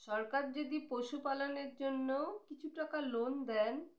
সরকার যদি পশুপালনের জন্য কিছু টাকা লোন দেন